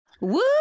Woo